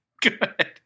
Good